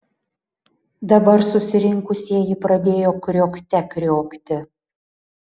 dabar susirinkusieji pradėjo kriokte kriokti